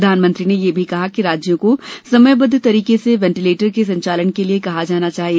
प्रधानमंत्री ने यह भी कहा कि राज्यों को समयबद्ध तरीके से वेंटिलेटर के संचालन के लिए कहा जाना चाहिए